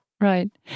right